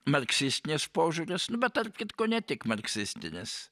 marksistinis požiūris nu bet tarp kitko ne tik marksistinis